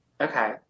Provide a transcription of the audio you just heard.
Okay